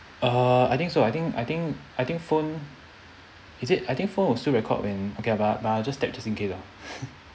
uh I think so I think I think I think phone is it I think phone will still record when okay ah but but I'll just tap just in case ah